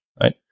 right